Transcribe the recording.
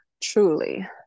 truly